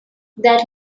that